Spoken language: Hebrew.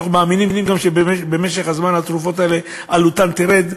ואנחנו גם מאמינים שבמשך הזמן התרופות האלה עלותן תרד,